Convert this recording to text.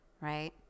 right